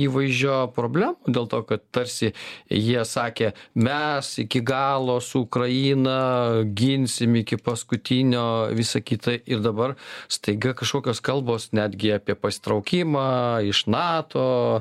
įvaizdžio problemų dėl to kad tarsi jie sakė mes iki galo su ukraina ginsim iki paskutinio visa kita ir dabar staiga kažkokios kalbos netgi apie pasitraukimą iš nato